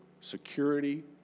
security